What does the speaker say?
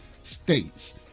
states